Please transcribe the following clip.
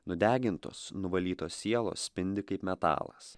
nudegintos nuvalytos sielos spindi kaip metalas